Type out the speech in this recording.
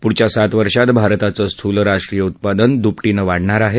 पुढच्या सात वर्षात भारताचं स्थूल राष्ट्रीय उत्पादन दुपटीनं वाढणार आहे